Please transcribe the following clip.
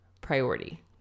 priority